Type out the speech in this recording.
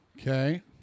Okay